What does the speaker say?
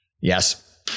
Yes